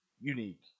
unique